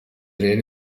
rero